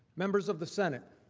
members of the senate.